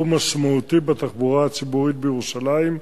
משמעותי בתחבורה הציבורית בירושלים.